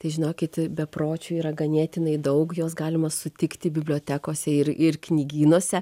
tai žinokit bepročių yra ganėtinai daug juos galima sutikti bibliotekose ir ir knygynuose